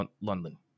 London